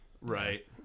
Right